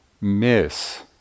miss